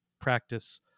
practice